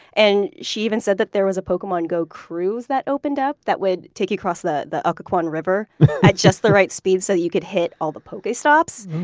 and she even said that there was a pokemon go cruise that opened up that would take you across the the occoquan river at just the right speed so that you could hit all the pokestops.